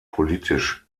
politisch